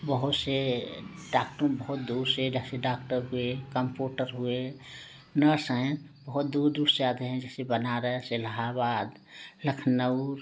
बहुत से डाक्टर बहुत दूर से जैसे डाक्टर हुए कम्पुटर हुए नर्स हैं बहुत दूर दूर से आते हैं जैसे बनारस इलाहाबाद लखनऊ